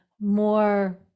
more